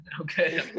okay